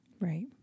Right